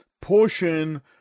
portion